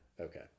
Okay